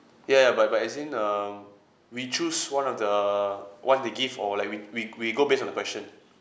ya ya but but as in um we choose one of the one they give or like we we we go based on the question